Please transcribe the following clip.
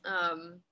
um-